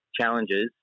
challenges